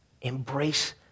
embrace